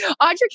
audrey